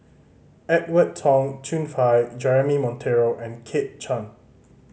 Edwin Tong Chun Fai Jeremy Monteiro and Kit Chan